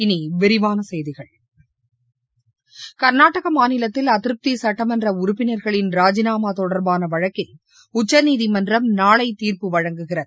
இனி விரிவான செய்திகள் கர்நாடக மாநிலத்தில் அதிருப்தி சட்டமன்ற உறுப்பினர்களின் ராஜினாமா தொடர்பான வழக்கில் உச்சநீதிமன்றம் நாளை தீர்ப்பு வழங்குகிறது